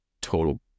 total